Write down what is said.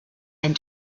and